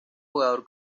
jugador